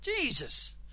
Jesus